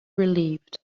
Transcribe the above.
relieved